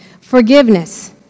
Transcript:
Forgiveness